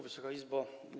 Wysoka Izbo!